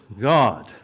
God